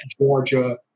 Georgia